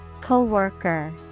Coworker